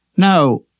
Now